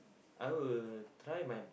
I will try my